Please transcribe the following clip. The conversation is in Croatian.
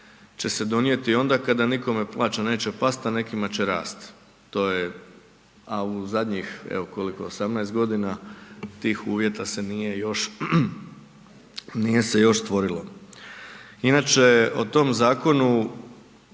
će se donijeti onda kada nikome plaća neće past, a nekima će rast, to je, a u zadnjih evo koliko 18 godina tih uvjeta se nije još, nije se još stvorilo. Inače o tom zakonu